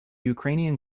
ukrainian